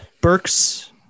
Burks